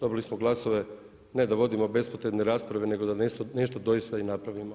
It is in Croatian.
Dobili smo glasove ne da vodimo bespotrebne rasprave nego da nešto doista i napravimo.